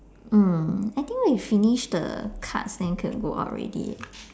mm I think we finish the cards then can go out already